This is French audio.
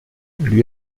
lui